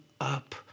up